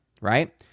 right